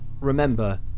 remember